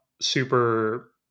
super